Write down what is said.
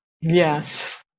Yes